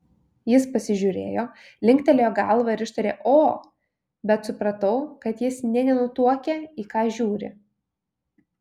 jis pasižiūrėjo linktelėjo galva ir ištarė o bet supratau kad jis nė nenutuokia į ką žiūri